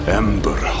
ember